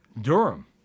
Durham